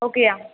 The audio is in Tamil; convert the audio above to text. ஓகேயா